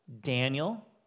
Daniel